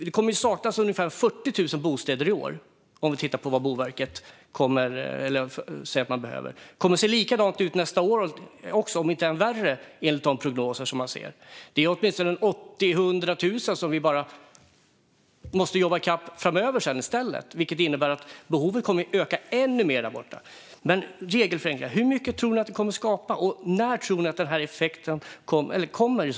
Det kommer att saknas ungefär 40 000 bostäder i år, utifrån vad Boverket säger behövs. Det kommer att se likadant ut även nästa år, om inte värre, enligt de prognoser man ser. Det är åtminstone 80 000-100 000 som vi måste jobba i kapp framöver i stället, vilket innebär att behoven kommer att öka ännu mer. Hur många bostäder tror ni att regelförenklingar kommer att skapa? Och när tror ni att effekten i så fall kommer?